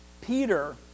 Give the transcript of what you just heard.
Peter